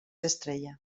estrella